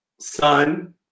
son